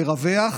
לרווח,